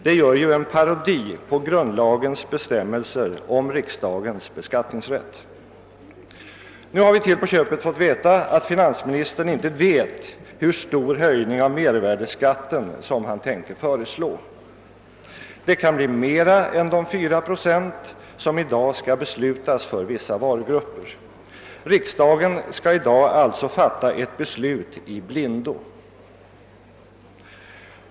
Detta blir en parodi på grundlagens bestämmelser om riksdagens beskattningsrätt. Nu har vi till på köpet fått höra att finansministern inte vet hur stor höjning av mervärdeskatten som han tänker föreslå. Det kan bli mera än de 4 procent som i dag skall beslutas för vissa varugrupper. Riksdagen skall alltså i dag fatta ett beslut i blindo.